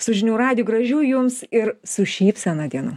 su žinių radiju gražių jums ir su šypsena dienų